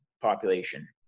population